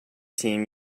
team